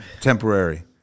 Temporary